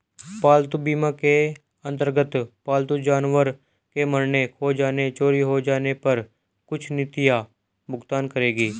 पालतू बीमा के अंतर्गत पालतू जानवर के मरने, खो जाने, चोरी हो जाने पर कुछ नीतियां भुगतान करेंगी